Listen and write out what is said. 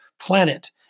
planet